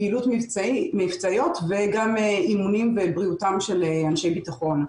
פעילויות מבצעיות וגם אימונים ובריאותם של אנשי ביטחון.